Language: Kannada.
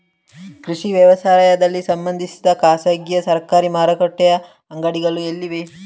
ಕೃಷಿ ವ್ಯವಹಾರಗಳಿಗೆ ಸಂಬಂಧಿಸಿದ ಖಾಸಗಿಯಾ ಸರಕಾರಿ ಮಾರುಕಟ್ಟೆ ಅಂಗಡಿಗಳು ಎಲ್ಲಿವೆ?